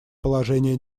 положение